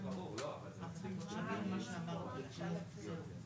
אבל בסופו של יום יש פה שיקולים כבדי משקל.